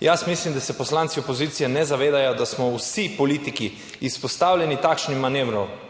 Jaz mislim, da se poslanci opozicije ne zavedajo, da smo vsi politiki izpostavljeni takšnim manevrom,